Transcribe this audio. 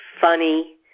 funny